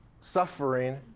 suffering